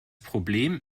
problem